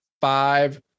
five